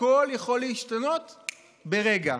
הכול יכול להשתנות ברגע.